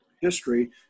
history